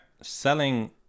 Selling